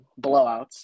blowouts